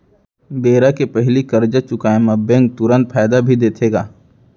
बेरा के पहिली करजा चुकोय म बैंक तुरंत फायदा भी देथे का?